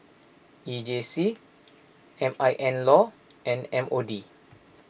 E J C M I N Law and M O D